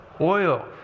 oil